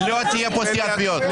לא תהיה פה סתימת פיות.